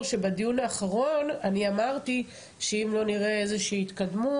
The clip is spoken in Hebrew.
שבדיון האחרון אני אמרתי שאם לא נראה איזושהי התקדמות,